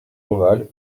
oral